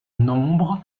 nombre